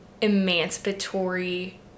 emancipatory